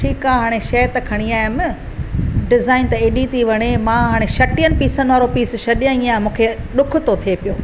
ठीकु आहे हाणे शइ त खणी आयमि डिज़ाइन त ऐॾी थी वणे न मां हाणे छटीहनि पीसनि जो छॾे आई आहियां ॾुखु थो थिए पियो